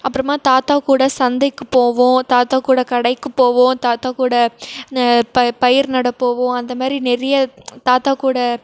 அப்புறமா தாத்தா கூட சந்தைக்குப் போவோம் தாத்தா கூட கடைக்குப் போவோம் தாத்தா கூட ந ப பயிர் நட போவோம் அந்த மாதிரி நிறைய தாத்தா கூட